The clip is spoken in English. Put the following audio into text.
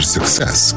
success